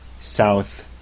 South